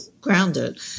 grounded